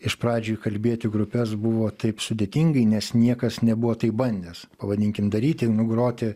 iš pradžių įkalbėti grupes buvo taip sudėtingai nes niekas nebuvo taip bandęs pavadinkim daryti nu groti